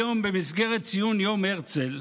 היום, במסגרת ציון יום הרצל,